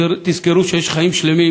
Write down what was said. תזכרו שיש חיים שלמים,